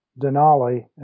Denali